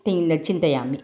तिन् चिन्तयामि